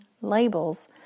labels